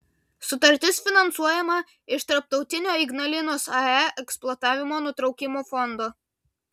sutartis finansuojama iš tarptautinio ignalinos ae eksploatavimo nutraukimo fondo